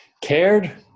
cared